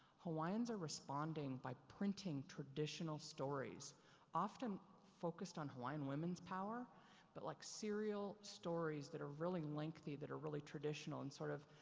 hawaiians are responding by printing traditional stories often focused on hawaiian women's power but like serial stories that are really lengthy that are really traditional and sort of,